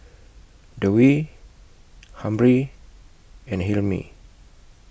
Dewi Amrin and Hilmi